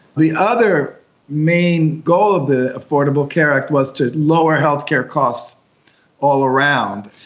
the other main goal of the affordable care act was to lower healthcare costs all around.